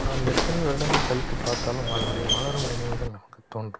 நாம் எத்தனை வருடங்கள் கழித்து பார்த்தாலும் அதனுடைய மலரும் நினைவுகள் நமக்கு தோன்றும்